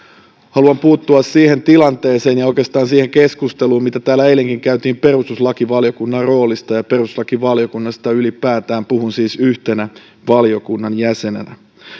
haluan puuttua siihen tilanteeseen ja ja oikeastaan siihen keskusteluun mitä täällä eilenkin käytiin perustuslakivaliokunnan roolista ja perustuslakivaliokunnasta ylipäätään puhun siis yhtenä valiokunnan jäsenenä